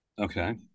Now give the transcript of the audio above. Okay